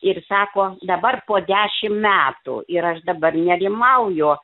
ir sako dabar po dešimt metų ir aš dabar nerimauju